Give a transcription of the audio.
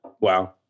Wow